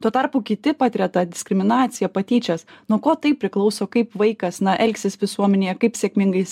tuo tarpu kiti patiria tą diskriminaciją patyčias nuo ko tai priklauso kaip vaikas elgsis visuomenėje kaip sėkmingai jis